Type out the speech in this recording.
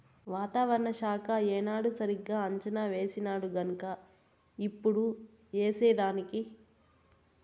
వాతావరణ శాఖ ఏనాడు సరిగా అంచనా వేసినాడుగన్క ఇప్పుడు ఏసేదానికి